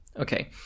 Okay